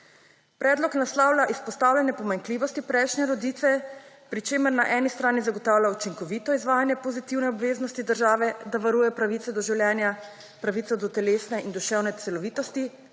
Predlog naslavlja izpostavljanje pomanjkljivosti prejšnje ureditve, pri čemer na eni strani zagotavlja učinkovito izvajanje pozitivne obveznosti države, da varuje pravico do življenja, pravico do telesne in duševne celovitosti